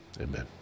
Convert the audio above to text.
amen